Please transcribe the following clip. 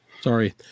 Sorry